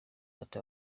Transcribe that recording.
ati